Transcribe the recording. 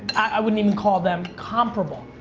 i wouldn't even call them comparable,